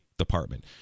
department